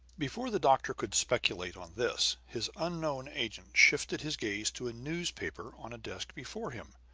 before the doctor could speculate on this, his unknown agent shifted his gaze to a newspaper on a desk before him.